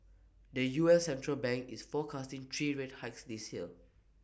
the U S central bank is forecasting three rate hikes this year